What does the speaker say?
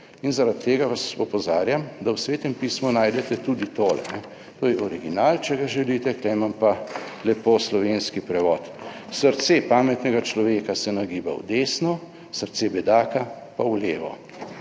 In zaradi tega vas opozarjam, da v Svetem pismu najdete tudi tole. To je original, če ga želite, tu imam pa lepo slovenski prevod. "Srce pametnega človeka se nagiba v desno, srce bedaka pa v levo".